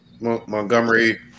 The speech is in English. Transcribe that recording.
Montgomery